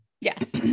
Yes